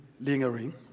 lingering